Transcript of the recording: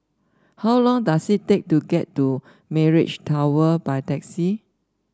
how long does it take to get to Mirage Tower by taxi